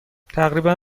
تقریبا